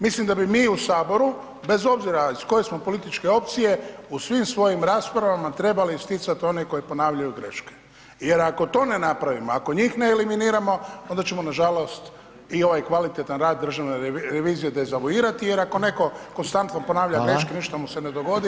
Mislim da bi mi u HS bez obzira iz koje smo političke opcije, u svim svojim raspravama trebali isticat one koji ponavljaju greške jer ako to ne napravimo, ako njih ne eliminiramo, onda ćemo nažalost i ovaj kvalitetan rad Državne revizije dezavuirati jer ako netko konstantno ponavlja greške [[Upadica: Hvala]] i ništa mu se ne dogodi.